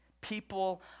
people